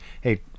hey